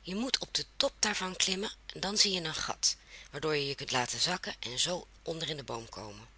je moet op den top daarvan klimmen dan zie je een gat waardoor je je kunt laten zakken en zoo onder in den boom komen